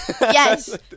yes